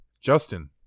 Justin